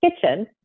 kitchen